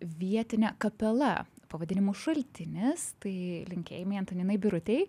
vietine kapela pavadinimu šaltinis tai linkėjimai antaninai birutei